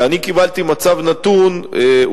אני קיבלתי מצב נתון,